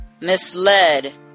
misled